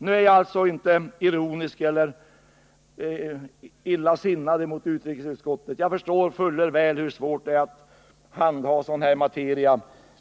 Jag är alltså inte nu ironisk eller illasinnad mot utrikesutskottet. Jag förstår fuller väl hur svårt det är att handha sådant här material.